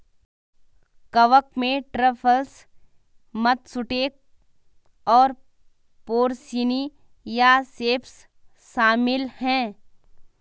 कवक में truffles, matsutake और पोर्सिनी या सेप्स शामिल हैं